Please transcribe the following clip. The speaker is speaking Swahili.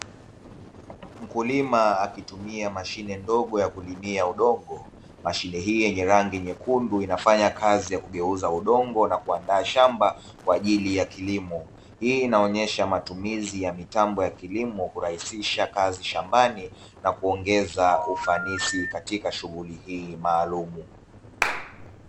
Mkulima akitumia mashine ndogo ya kulimia udongo mashine hii yenye rangi nyekundu inafanya kazi ya kugeuza udongo na kuandaa shamba kwa ajili ya kilimo, hii inaonyesha matumizi ya mitambo ya kilimo kurahisisha kazi shambani, na kuongeza ufanisi katika shughuli hii maalumu.